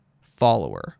follower